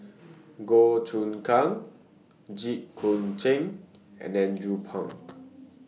Goh Choon Kang Jit Koon Ch'ng and Andrew Phang